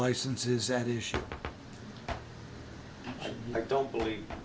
licenses that issue i don't believe